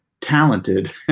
talented